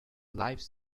life